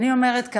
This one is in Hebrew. ואני אומרת כאן,